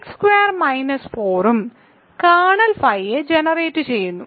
2x2 - 4 ഉം kernel ഫൈയെ ജനറേറ്റുചെയ്യുന്നു